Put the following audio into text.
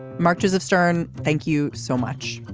mark joseph stern thank you so much.